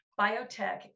biotech